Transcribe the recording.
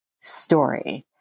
story